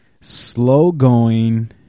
slow-going